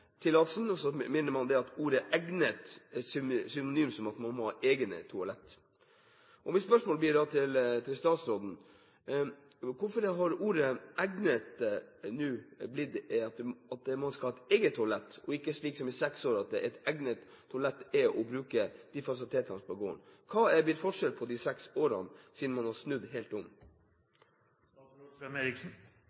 tillatelsen, og man mener at ordet «egnet» er synonymt med «egne», at man må ha egne toalett. Mitt spørsmål til statsråden blir da: Hvorfor har ordet «egnet» nå blitt til at man skal ha et eget toalett, og ikke slik som det har vært i seks år, at et «egnet» toalett er å bruke de fasilitetene som er på gården? Hva er blitt annerledes på de seks årene, siden man har snudd helt om?